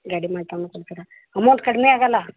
ಗಾಡಿ ಮಾಡಿ ತಂದು ಕೊಡ್ತೀರ ಅಮೌಂಟ್ ಕಡಿಮೆ ಆಗಲ್ವ